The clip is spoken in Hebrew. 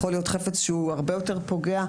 יכול להיות חפץ שהוא הרבה יותר פוגע,